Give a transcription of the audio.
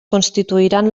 constituiran